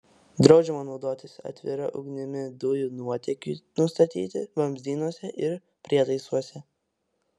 draudžiama naudotis atvira ugnimi dujų nuotėkiui nustatyti vamzdynuose ir prietaisuose